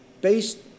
based